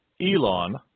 Elon